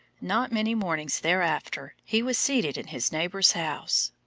not many mornings thereafter he was seated in his neighbour's house.